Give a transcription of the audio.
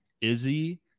Izzy